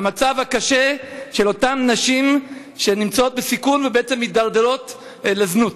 המצב הקשה של אותן נשים שנמצאות בסיכון ובעצם מתדרדרות לזנות.